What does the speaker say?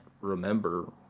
remember